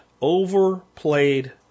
overplayed